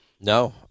No